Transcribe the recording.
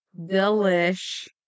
Delish